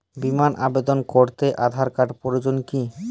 বিমার আবেদন করতে আধার কার্ডের প্রয়োজন কি?